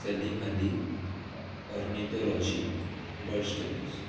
Salim Ali ornithology bird studies